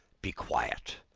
be quiet!